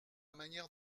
manière